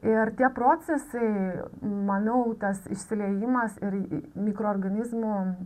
ir tie procesai manau tas išsiliejimas ir mikroorganizmų